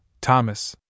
Thomas